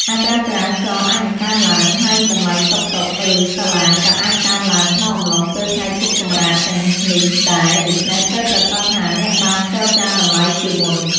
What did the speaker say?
អត្រាចរាចរណ៍អាចនឹងកើនឡើង ហើយតម្លៃតុក តុក ឬសាឡាងក៏អាចកើនឡើងក្នុងអំឡុងពេលថ្ងៃឈប់សម្រាកទាំងនេះដែរ ដូច្នេះត្រូវប្រាកដថាអ្នកបានចរចាតម្លៃជាមុន។